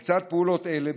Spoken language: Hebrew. לצד פעולות אלה,